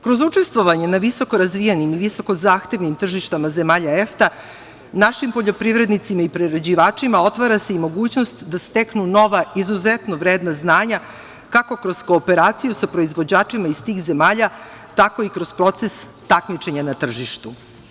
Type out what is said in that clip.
Kroz učestvovanje na visokorazvijenim i visoko zahtevnim tržištima zemalja EFTA, našim poljoprivrednicima i prerađivačima otvara se i mogućnost da steknu nova izuzetno vredna znanja, kako kroz kooperaciju sa proizvođačima iz tih zemalja, tako i kroz proces takmičenja na tržištu.